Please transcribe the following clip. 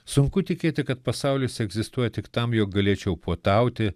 sunku tikėti kad pasaulis egzistuoja tik tam jog galėčiau puotauti